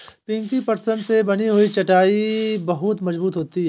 पिंकी पटसन से बनी हुई चटाई बहुत मजबूत होती है